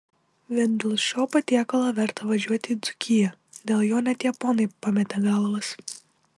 vien dėl šio patiekalo verta važiuoti į dzūkiją dėl jo net japonai pametė galvas